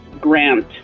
grant